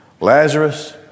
Lazarus